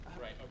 Right